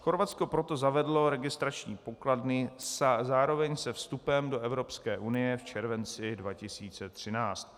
Chorvatsko proto zavedlo registrační pokladny zároveň se vstupem do Evropské unie v červenci 2013.